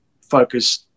focus